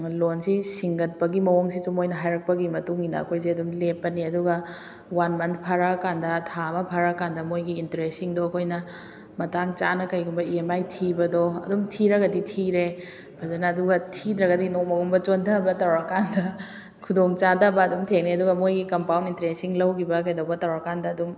ꯂꯣꯟꯁꯤ ꯁꯤꯡꯒꯠꯄꯒꯤ ꯃꯑꯣꯡꯁꯤꯁꯨ ꯃꯣꯏꯅ ꯍꯥꯏꯔꯛꯄꯒꯤ ꯃꯇꯨꯡ ꯏꯟꯅ ꯑꯩꯈꯣꯏꯁꯦ ꯑꯗꯨꯝ ꯂꯦꯞꯄꯅꯤ ꯑꯗꯨꯒ ꯋꯥꯟ ꯃꯟ ꯐꯥꯔꯛꯑ ꯀꯥꯟꯗ ꯊꯥ ꯑꯃ ꯐꯔꯛꯑ ꯀꯥꯟꯗ ꯃꯣꯏꯒꯤ ꯏꯟꯇꯔꯦꯁꯠꯁꯤꯡꯗꯣ ꯑꯩꯈꯣꯏꯅ ꯃꯇꯥꯡ ꯆꯥꯅ ꯀꯔꯤꯒꯨꯝꯕ ꯏ ꯑꯦꯝ ꯑꯥꯏ ꯊꯤꯕꯗꯣ ꯑꯗꯨꯝ ꯊꯤꯔꯒꯗꯤ ꯊꯤꯔꯦ ꯐꯖꯅ ꯑꯗꯨꯒ ꯊꯤꯗ꯭ꯔꯒꯗꯤ ꯅꯣꯡꯃꯒꯨꯝꯕ ꯆꯣꯟꯊꯕ ꯇꯧꯔ ꯀꯥꯟꯗ ꯈꯨꯗꯣꯡ ꯆꯥꯗꯕ ꯑꯗꯨꯝ ꯊꯦꯡꯅꯩ ꯑꯗꯨꯒ ꯃꯣꯏꯒꯤ ꯀꯝꯄꯥꯎꯟ ꯏꯟꯇꯔꯦꯁꯁꯤꯡ ꯂꯧꯈꯤꯕ ꯀꯩꯗꯧꯕ ꯇꯧꯔꯥ ꯀꯥꯟꯗ ꯑꯗꯨꯝ